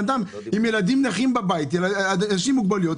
אדם עם ילדים נכים בבית או אנשים עם מוגבלויות,.